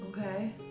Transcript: Okay